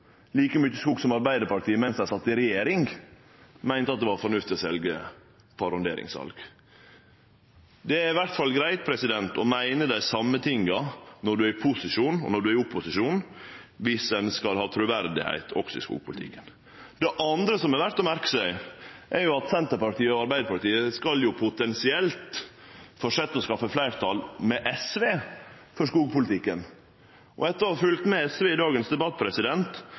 like mykje skog som Arbeidarpartiet medan dei sat i regjering, meinte at det var fornuftig å selje på arronderingssal. Det er i alle fall greitt å meine dei same tinga når ein er i posisjon, som når ein er i opposisjon, viss ein skal ha truverdigheit også i skogpolitikken. Det andre som er verdt å merke seg, er at Senterpartiet og Arbeidarpartiet potensielt skal fortsetje å skaffe fleirtal saman med SV for skogpolitikken. Etter å ha følgt med på SV i dagens debatt